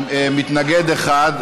התשע"ח 2018,